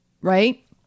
right